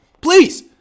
Please